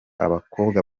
abakobwa